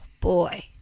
boy